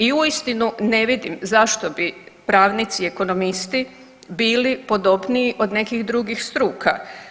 I uistinu ne vidim zašto bi pravnici i ekonomisti bili podobniji od nekih drugih struka.